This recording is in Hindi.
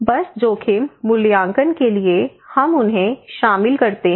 बस जोखिम मूल्यांकन के लिए हम उन्हें शामिल करते हैं